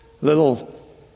little